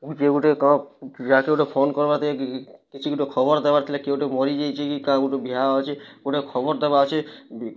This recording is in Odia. ଯିଏ ଗୋଟେ ତ ଯାହାକୁ ଗୋଟେ ଫୋନ୍ କର୍ବାତେ କିଛି ଗୋଟେ ଖବର ଦେବାର ଥିଲେ କିଏ ଗୋଟେ ମରି ଯାଇଛି କି କାହାକୁ ଗୋଟେ ବିହା ଅଛି ଖବର ଦବାର ଅଛି ବି